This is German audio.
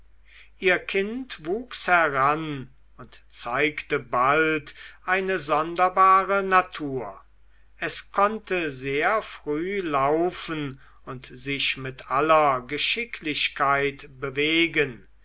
ihr kind wuchs heran und zeigte bald eine sonderbare natur es konnte sehr früh laufen und sich mit aller geschicklichkeit bewegen